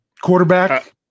Quarterback